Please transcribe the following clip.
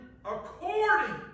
according